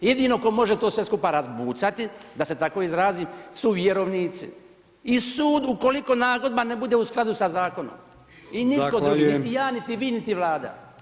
Jedino tko može to sve razbucati, da se tako izrazim su vjerovnici i sud ukoliko nagodba ne bude u skladu sa Zakonom i nitko drugi, niti ja, niti vi, niti Vlada.